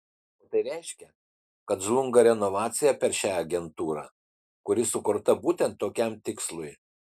o tai reiškia kad žlunga renovacija per šią agentūrą kuri sukurta būtent tokiam tikslui